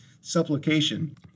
supplication